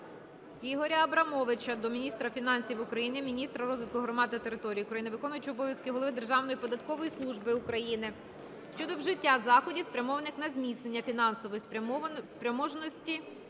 Ігоря Абрамовича до міністра фінансів України, міністра розвитку громад та територій України, виконуючого обов'язків голови Державної податкової служби України щодо вжиття заходів, спрямованих на зміцнення фінансової спроможності